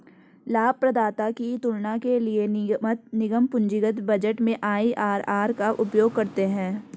लाभप्रदाता की तुलना के लिए निगम पूंजीगत बजट में आई.आर.आर का उपयोग करते हैं